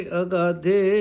agade